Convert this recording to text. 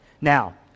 Now